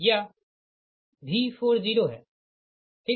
यह V40 है ठीक